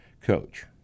coach